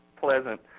pleasant